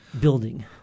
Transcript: building